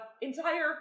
entire